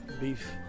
beef